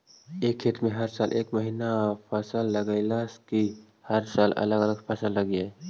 एक खेत में हर साल एक महिना फसल लगगियै कि हर साल अलग अलग फसल लगियै?